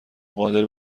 قادر